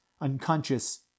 unconscious